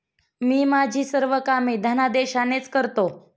मी माझी सर्व कामे धनादेशानेच करतो